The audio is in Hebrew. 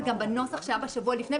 וגם בנוסח שהיה בשבוע לפני,